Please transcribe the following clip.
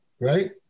right